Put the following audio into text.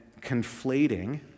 conflating